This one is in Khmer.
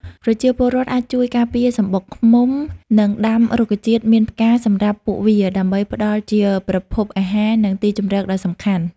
ប្រជាពលរដ្ឋអាចជួយការពារសម្បុកឃ្មុំ និងដាំរុក្ខជាតិមានផ្កាសម្រាប់ពួកវា ដើម្បីផ្ដល់ជាប្រភពអាហារ និងទីជម្រកដ៏សំខាន់។